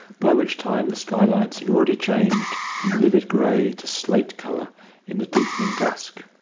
by which time the skylights had already changed from livid grey to slate colour in the deepening dusk.